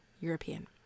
European